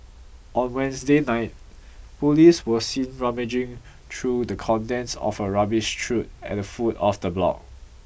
on Wednesday night police were seen rummaging through the contents of a rubbish chute at the foot of the block